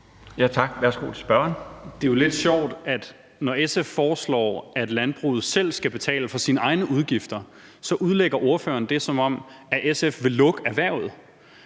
Carl Valentin (SF): Det er jo lidt sjovt, at når SF foreslår, at landbruget selv skal betale for sine egne udgifter, så udlægger ordføreren det, som om SF vil lukke erhvervet.